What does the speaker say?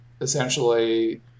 essentially